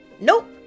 Nope